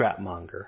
scrapmonger